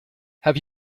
have